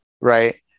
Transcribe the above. right